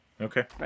Okay